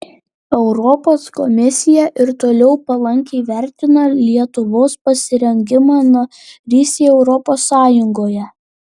europos komisija ir toliau palankiai vertina lietuvos pasirengimą narystei europos sąjungoje